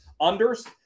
unders